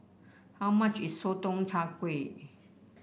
how much is Sotong Char Kway